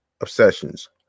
obsessions